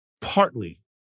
partly